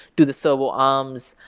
to the servo arms,